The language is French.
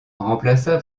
remplaça